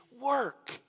work